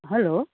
hello